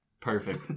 Perfect